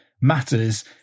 matters